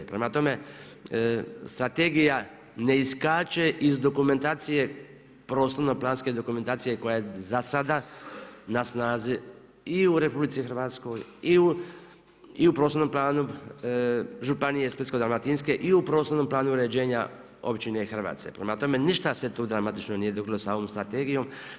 Prema tome, strategija ne iskače iz dokumentacije, prostorno planske dokumentacije koja je zasada na snazi i u RH i u prostornom planu županije Splitsko-dalmatinske i u prostornom planu uređenja Općine Hrvace, prema tome ništa se tu dramatično nije dogodilo sa ovom strategijom.